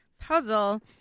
puzzle